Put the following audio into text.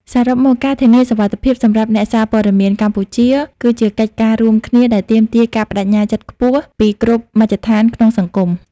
សរុបមក ការធានាសុវត្ថិភាពសម្រាប់អ្នកសារព័ត៌មានកម្ពុជា គឺជាកិច្ចការរួមគ្នាដែលទាមទារការប្តេជ្ញាចិត្តខ្ពស់ពីគ្រប់មជ្ឈដ្ឋានក្នុងសង្គម។